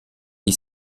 die